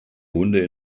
hunde